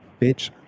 bitch